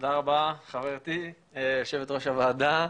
תודה רבה, חברתי, יושבת ראש הוועדה.